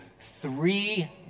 Three